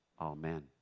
Amen